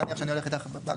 נניח שאני הולך איתך להגדרה.